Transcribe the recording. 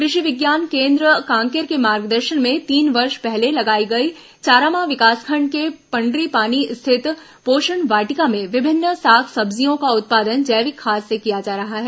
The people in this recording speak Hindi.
कृषि विज्ञान केन्द्र कांकेर के मार्गदर्शन में तीन वर्ष पहले लगाई गई चारामा विकासखंड के पंडरीपानी स्थित पोषण वाटिका में विभिन्न साग सब्जियों का उत्पादन जैविक खाद से किया जा रहा है